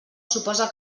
suposa